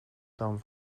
dam